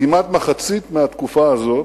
כמעט מחצית מהתקופה הזאת